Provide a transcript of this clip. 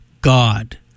God